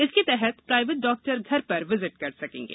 इसके तहत private doctor घर पर विजिट कर सकेंगे